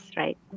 right